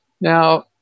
Now